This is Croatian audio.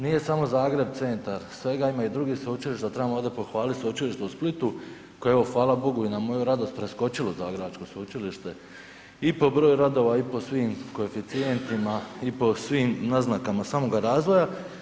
Nije samo Zagreb centar svega, ima i drugih sveučilišta, trebamo ovdje pohvaliti Sveučilište u Splitu, koje je evo, hvala Bogu, i na moju radost preskočilo zagrebačko sveučilište i po broju radova i po svim koeficijentima i po svim naznakama samoga razvoja.